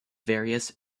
various